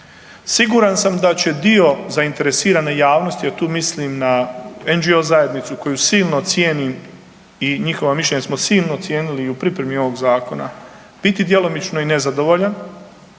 Siguran sam da će dio zainteresirane javnosti, a tu mislim na …/Govornik se ne razumije/… zajednicu koju silno cijenim i njihova mišljenja smo silno cijenili i u pripremi ovog zakona, biti djelomično i nezadovoljan,